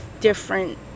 different